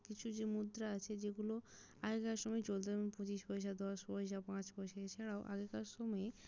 কিছু কিছু মুদ্রা আছে যেগুলো আগেকার সময় চলতো যেমন পঁচিশ পয়সা দশ পয়সা পাঁচ পয়সা এছাড়াও আগেকার সময়ে